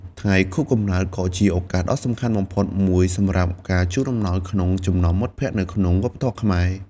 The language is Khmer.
ថ្ងៃខួបកំណើតគឺជាឱកាសដ៏សំខាន់បំផុតមួយសម្រាប់ការជូនអំណោយក្នុងចំណោមមិត្តភក្តិនៅក្នុងវប្បធម៌ខ្មែរ។